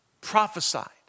prophesied